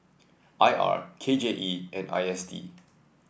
I R K J E and I S D